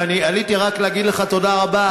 ואני עליתי רק להגיד לך תודה רבה,